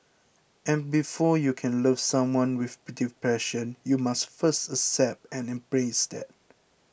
and before you can love someone with depression you must first accept and embrace that